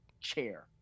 chair